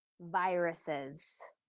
Viruses